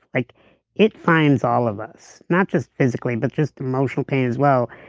like it finds all of us, not just physically but just emotional pain as well.